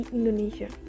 Indonesia